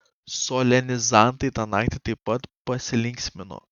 solenizantai tą naktį taip pat pasilinksmino